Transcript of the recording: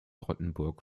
rottenburg